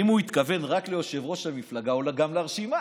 אם הוא התכוון רק ליושב-ראש המפלגה או גם לרשימה.